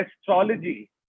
astrology